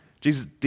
Jesus